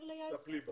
טפלי בה,